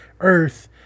earth